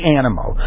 animal